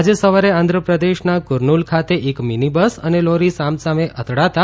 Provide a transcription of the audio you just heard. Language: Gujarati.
આજે સવારે આંધ્રપ્રદેશના કુરનુલ ખાતે એક મીની બસ અને લોરી સામ સામે અથડાતા